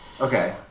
Okay